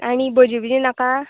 आनी भजी बिजी नाका